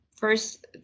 First